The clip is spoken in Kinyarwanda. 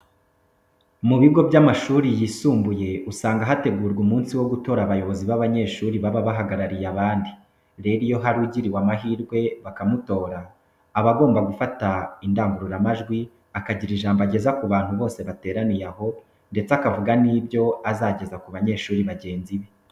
Mu bigo by'amashuri yisumbuye usanga hategurwa umunsi wo gutora abayobozi b'abanyeshuri baba bahagarariye abandi. Rero iyo hari ugiriwe amahirwe bakamutora aba agomba gufata indangururamajwi akagira ijambo ageza ku bantu bose bateraniye aho ndetse akavuga n'ibyo azageza ku banyeshuri bagenzi be.